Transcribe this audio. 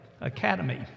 Academy